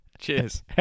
Cheers